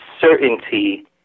certainty